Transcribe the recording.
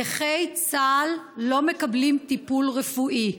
נכי צה"ל לא מקבלים טיפול רפואי.